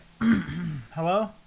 hello